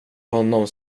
honom